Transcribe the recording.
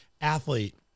athlete